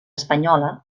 espanyola